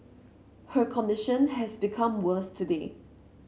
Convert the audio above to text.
her condition has become worse today